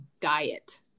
diet